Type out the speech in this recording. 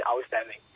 outstanding